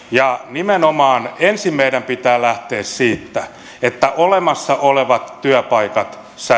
nimenomaan ensin meidän pitää lähteä siitä että olemassa olevat työpaikat